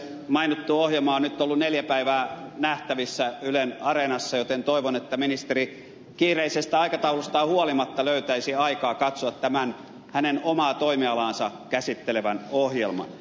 mainittu ohjelma on nyt ollut neljä päivää nähtävissä ylen areenassa joten toivon että ministeri kiireisestä aikataulustaan huolimatta löytäisi aikaa katsoa tämän hänen omaa toimialaansa käsittelevän ohjelman